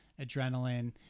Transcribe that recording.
adrenaline